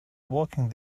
walking